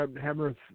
Hammer